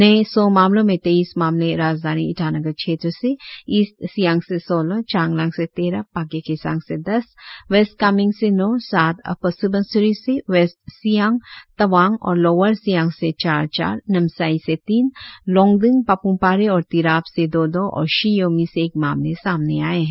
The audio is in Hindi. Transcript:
नए सौ मामलों में तेईस मामले राजधानी ईटानगर क्षेत्र से ईस्ट सियांग़ से सोलह चांगलांग से तेरह पाक्के केसांग से दस वेस्ट कामेंग से नौ सात अपर स्बनसिरी से वेस्ट सियांग तवांग़ और लोअर सियांग से चार चार नामसाई से तीन लोंगडिंग पाप्मपारे और तिराप से दो दो और शी योमी से एक मामले सामने आए है